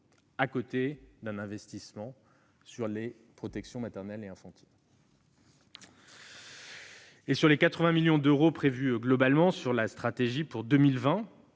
à côté d'un investissement sur les protections maternelle et infantile. Sachez que, sur les 80 millions d'euros prévus globalement dans le cadre de la stratégie pour 2020